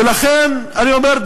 ולכן אני אומר,